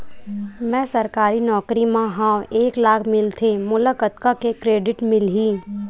मैं सरकारी नौकरी मा हाव एक लाख मिलथे मोला कतका के क्रेडिट मिलही?